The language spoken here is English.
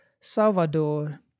Salvador